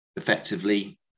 effectively